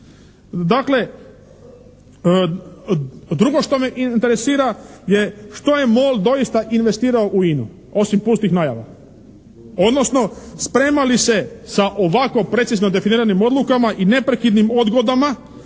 Dakle, drugo me što interesira je što je MOL doista investirao u INA-u osim pustih najava, odnosno spremna li se sa ovako precizno definiranim odlukama i neprekidnim odgodama